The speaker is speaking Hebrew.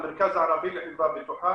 המרכז הערבי לחברה בטוחה,